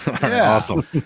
awesome